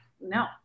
no